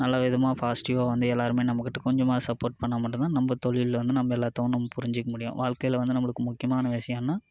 நல்லவிதமாக பாசிட்டிவாக வந்து எல்லோருமே நம்மக்கிட்ட கொஞ்சமாவது சப்போர்ட் பண்ணால் மட்டும் தான் நம்ம தொழில்ல வந்து நம்ப எல்லாத்தோணும் புரிஞ்சிக்க முடியும் வாழ்க்கையில வந்து நம்மளுக்கு முக்கியமான விஷயம்னா